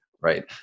right